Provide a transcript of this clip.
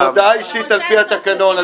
הודעה אישית, על-פי התקנון.